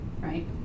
right